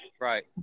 Right